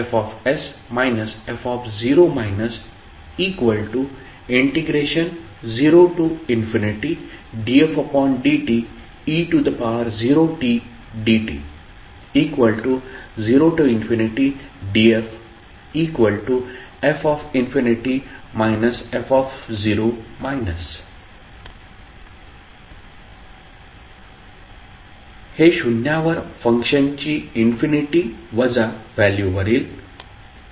sFs f0dfdte0tdt0dff f हे शून्यावर फंक्शनची इन्फिनिटी वजा व्हॅल्यूवरील फंक्शनची व्हॅल्यू होईल